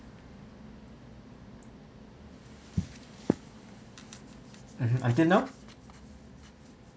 mmhmm until now